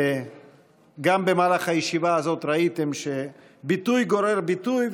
גם במהלך הישיבה הזאת ראיתם שביטוי גורר ביטוי,